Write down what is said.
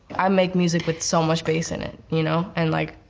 i make music with so much bass in it, you know and like,